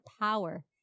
power